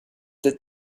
that